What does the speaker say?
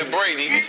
Brady